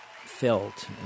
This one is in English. felt